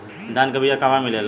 धान के बिया कहवा मिलेला?